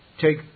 take